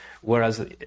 Whereas